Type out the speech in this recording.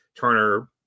Turner